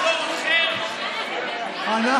על המילים "או אזור אחר" על זה ביטלתם את החוק?